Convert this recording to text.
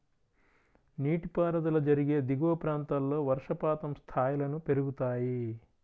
నీటిపారుదల జరిగే దిగువ ప్రాంతాల్లో వర్షపాతం స్థాయిలను పెరుగుతాయి